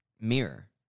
mirror